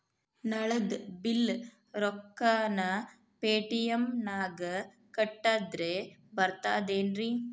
ನಳದ್ ಬಿಲ್ ರೊಕ್ಕನಾ ಪೇಟಿಎಂ ನಾಗ ಕಟ್ಟದ್ರೆ ಬರ್ತಾದೇನ್ರಿ?